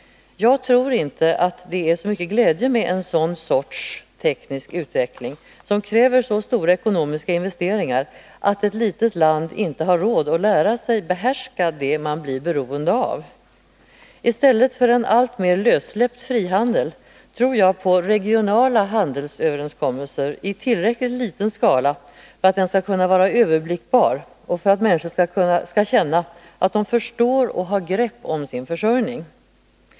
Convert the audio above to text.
Jag tror inte att det är så mycken glädje med en sådan sorts teknisk utveckling som kräver så stora ekonomiska investeringar att ett litet land inte har råd att lära sig behärska det man blir beroende av. I stället för en alltmer lössläppt frihandel tror jag på regionala handelsöverenskommelser i tillräckligt liten skala för att de skall kunna vara överblickbara och för att människor skall känna att de förstår och har grepp om sin försörjning.